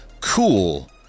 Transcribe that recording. cool